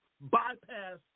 bypass